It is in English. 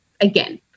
again